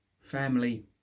family